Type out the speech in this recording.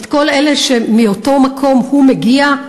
את כל אלה שמאותו מקום שהוא מגיע?